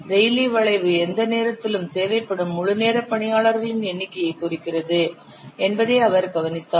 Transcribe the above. Rayleigh வளைவு எந்த நேரத்திலும் தேவைப்படும் முழுநேர பணியாளர்களின் எண்ணிக்கையைக் குறிக்கிறது என்பதை அவர் கவனித்தார்